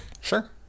Sure